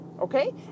okay